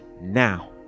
now